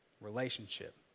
relationship